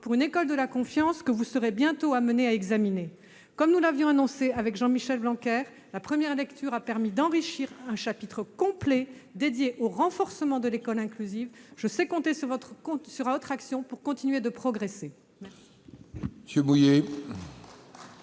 pour une école de la confiance, que vous serez bientôt amenés à examiner, mesdames, messieurs les sénateurs. Comme nous l'avions annoncé avec Jean-Michel Blanquer, la première lecture a permis d'enrichir un chapitre complet dédié au renforcement de l'école inclusive. Je sais pouvoir compter sur votre action pour continuer de progresser.